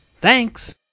Thanks